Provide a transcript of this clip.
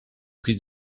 prise